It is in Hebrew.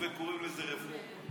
הם מכים את הציבור וקוראים לזה רפורמה.